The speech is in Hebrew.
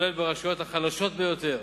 גם ברשויות החלשות ביותר.